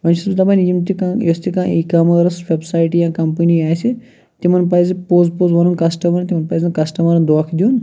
وۄنۍ چھُس بہٕ دَپان یِم تہٕ کانٛہہ یۄس تہِ کانٛہہ ای کامرس ویٚبسایٹ یا کَمپٔنی آسہ تِمَن پَزِ پوٚز پوٚز وَنُن کَسٹَمَرَن تِمَن پَزِ نہٕ کَسٹَمَرَن دونٛکھِ دِیُن